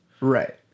Right